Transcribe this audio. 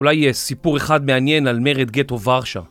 אולי יהיה סיפור אחד מעניין על מרד גטו ורשה